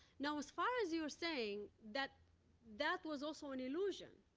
now, as far as you're saying that that was also an illusion.